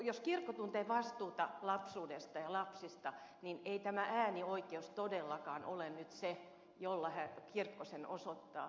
jos kirkko tuntee vastuuta lapsuudesta ja lapsista niin ei tämä äänioikeus todellakaan ole nyt se jolla kirkko sen osoittaa